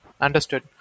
Understood